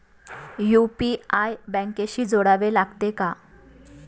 UPI बँकेशी जोडावे लागते का?